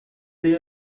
they